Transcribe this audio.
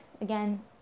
Again